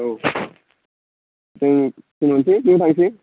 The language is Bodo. औ जों टिम मोनसे ज थांसै